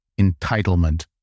entitlement